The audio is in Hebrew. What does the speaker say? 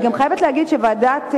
אני גם חייבת להגיד שוועדת-אמוראי,